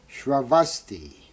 Shravasti